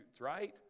Right